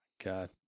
God